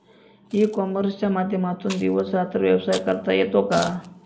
E कॉमर्सच्या माध्यमातून दिवस रात्र व्यवसाय करता येतो का?